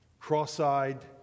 cross-eyed